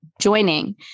joining